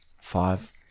five